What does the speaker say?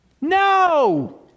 No